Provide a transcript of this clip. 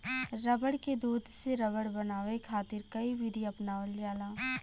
रबड़ के दूध से रबड़ बनावे खातिर कई विधि अपनावल जाला